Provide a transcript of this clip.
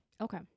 Okay